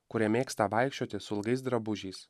kurie mėgsta vaikščioti su ilgais drabužiais